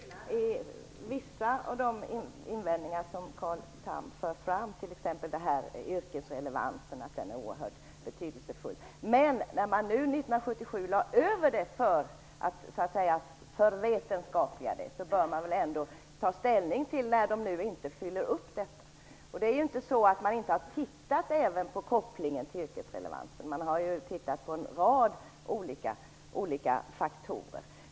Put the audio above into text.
Fru talman! Jag delar vissa av de invändningar som Carl Tham för fram, t.ex. att yrkesrelevansen är oerhört betydelsefull. Men man lade ju 1977 över dessa utbildningar för att göra dem vetenskapliga, och då bör man väl ändå ta ställning till att de inte uppfyller detta. Det är inte så att man inte har tittat även på kopplingen till yrkesrelevansen, utan man har ju tittat på en rad olika faktorer.